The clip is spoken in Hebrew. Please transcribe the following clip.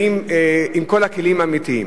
ואם כל הכלים אמיתיים,